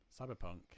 Cyberpunk